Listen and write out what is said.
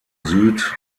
süd